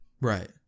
Right